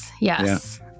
Yes